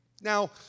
Now